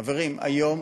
חברים, היום,